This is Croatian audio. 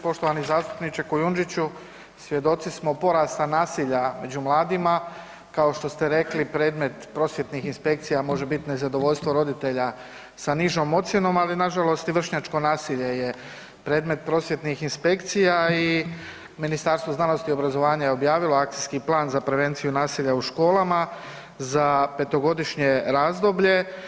Poštovani zastupniče Kujundžiću svjedoci smo porasta nasilja među mladima, kao što ste rekli predmet prosvjetnih inspekcija može biti nezadovoljstvo roditelja sa nižom ocjenom, ali nažalost i vršnjačko nasilje je predmet prosvjetnih inspekcija i Ministarstvo znanosti i obrazovanja je objavilo akcijski plan za prevenciju nasilja u školama za petogodišnje razdoblje.